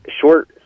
short